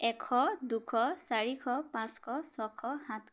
এশ দুশ চাৰিশ পাঁচশ ছশ সাতশ